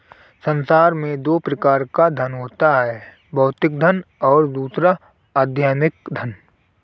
संसार में दो प्रकार का धन होता है भौतिक धन और दूसरा आध्यात्मिक धन